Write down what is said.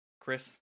Chris